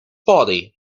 body